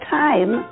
time